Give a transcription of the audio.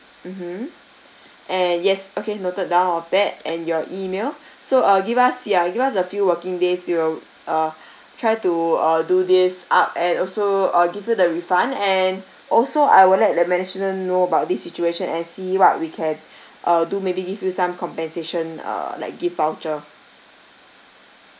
mmhmm and yes okay noted down of that and your email so uh give us ya give us a few working days we'll uh try to uh do this up and also uh give you the refund and also I will let the management know about this situation and see what we can uh do maybe give you some compensation err like gift voucher